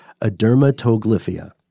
adermatoglyphia